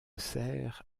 serres